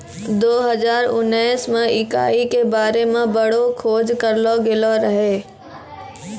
दो हजार उनैस मे इकाई के बारे मे बड़ो खोज करलो गेलो रहै